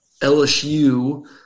LSU